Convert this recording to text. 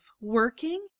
working